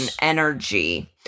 energy